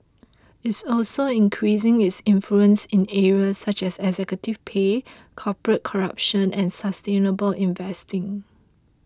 it's also increasing its influence in areas such as executive pay corporate corruption and sustainable investing